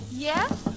Yes